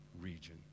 region